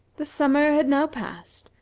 the summer had now passed,